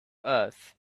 earth